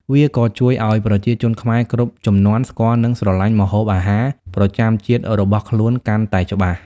វាក៏ជួយឱ្យប្រជាជនខ្មែរគ្រប់ជំនាន់ ស្គាល់និងស្រឡាញ់ម្ហូបអាហារប្រចាំជាតិរបស់ខ្លួនកាន់តែច្បាស់។